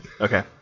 Okay